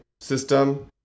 system